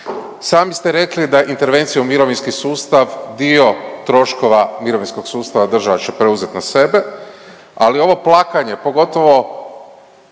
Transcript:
Sami ste rekli da intervencija u mirovinski sustav dio troškova mirovinskog sustava država će preuzet na sebe, ali ovo plakanje pogotovo